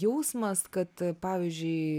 jausmas kad pavyzdžiui